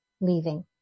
leaving